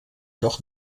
doch